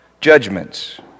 judgments